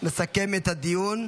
יסכם את הדיון.